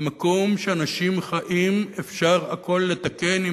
במקום שאנשים חיים אפשר הכול לתקן אם